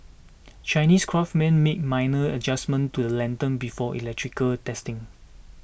Chinese craftsmen make minor adjustments to the lanterns before electrical testing